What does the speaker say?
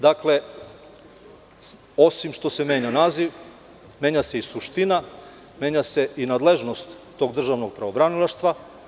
Dakle, osim što se menja naziv, menja se i suština, menja se i nadležnost tog državnog pravobranilaštva.